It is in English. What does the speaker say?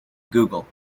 google